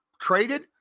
traded